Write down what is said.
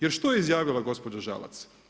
Jer, što je izjavila gospođa Žalac?